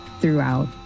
throughout